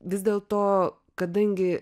vis dėlto kadangi